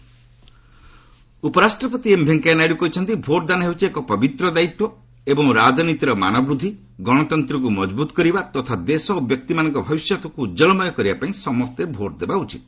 vice president ଉପରାଷ୍ଟ୍ରପତି M Venkaiah Naidu କହିଛନ୍ତି vote ଦାନ ହେଉଛି ଏକ ପବିତ୍ର ଦାୟିତ୍ୱ ଏବଂ ରାଜନୀତିର ମାନବୃଦ୍ଧି ଗଣତନ୍ତ୍ରକୁ ମଜବୁତ କରିବା ତଥା ଦେଶ ଓ ବ୍ୟକ୍ତିମାନଙ୍କ ଭବିଷ୍ୟତକୁ ଉଜ୍ୱଳମୟ କରିବା ପାଇଁ ସମସ୍ତେ ଭୋଟ୍ ଦେବା ଉଚିତ୍